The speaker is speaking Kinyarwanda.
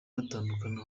batandukana